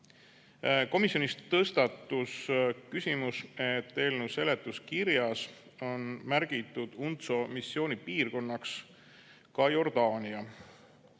Komisjonis tõstatus küsimus, et eelnõu seletuskirjas on märgitud UNTSO missioonipiirkonnaks ka Jordaania,